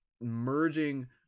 merging